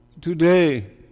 Today